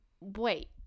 Wait